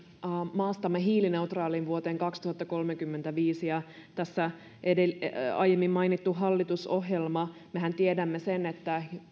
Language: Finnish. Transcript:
maastamme hiilineutraalin vuoteen kaksituhattakolmekymmentäviisi mennessä tässä aiemmin mainittiin hallitusohjelma ja mehän tiedämme sen että